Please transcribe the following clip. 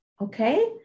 Okay